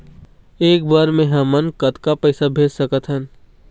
एक बर मे हमन कतका पैसा भेज सकत हन?